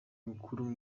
mukuru